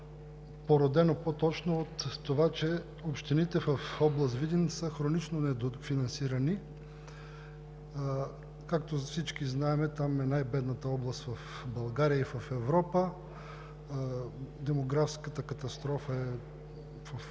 породено от това, че общините в област Видин са хронично недофинансирани. Както всички знаем, там е най-бедната област в България и в Европа. Демографската катастрофа е в